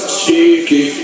cheeky